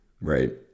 Right